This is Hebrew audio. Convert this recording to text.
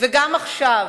גם עכשיו,